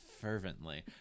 Fervently